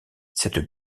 cette